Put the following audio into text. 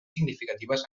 significatives